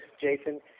Jason